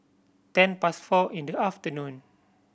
ten past four in the afternoon